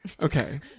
Okay